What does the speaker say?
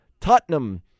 Tottenham